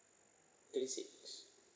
thirty six